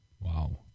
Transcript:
Wow